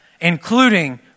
including